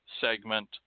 segment